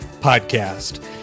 Podcast